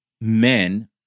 men